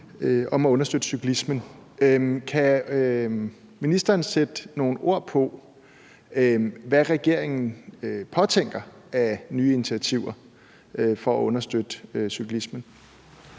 om at understøtte cyklismen. Kan ministeren sætte nogle ord på, hvad regeringen påtænker af nye initiativer for at understøtte cyklismen?